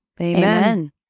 Amen